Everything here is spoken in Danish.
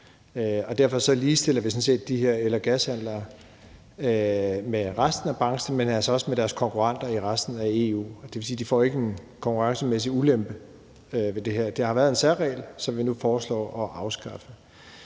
Derfor ligestiller vi sådan set de her el- og gashandlere med resten af branchen, men altså også med deres konkurrenter i resten af EU. Det vil sige, at de ikke får en konkurrencemæssig ulempe ved det her. Det har været en særregel, som vi nu foreslår at afskaffe.